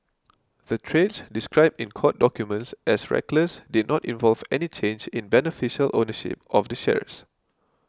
the trades described in court documents as reckless did not involve any change in beneficial ownership of the shares